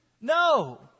No